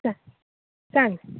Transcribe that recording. स सांग